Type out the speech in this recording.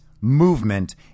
movement